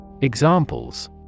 Examples